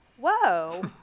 whoa